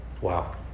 Wow